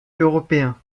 européen